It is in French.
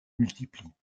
multiplient